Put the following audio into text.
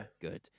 good